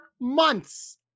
months